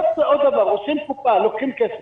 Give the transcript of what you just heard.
עוד דבר, עושים קופה, לוקחים כסף.